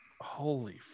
Holy